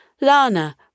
Lana